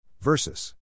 Versus